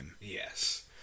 Yes